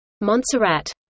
Montserrat